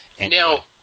Now